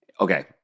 Okay